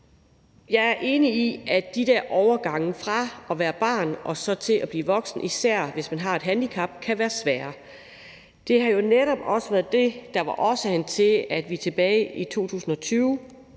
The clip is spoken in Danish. Jeg er enig i, at den her overgang fra at være barn til at blive voksen, især hvis man har et handicap, kan være svær. Det var jo netop også det, der var årsagen til, at vi – det var